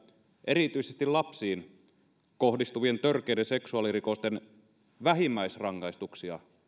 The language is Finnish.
erityisesti lapsiin kohdistuvien törkeiden seksuaalirikosten vähimmäisrangaistuksia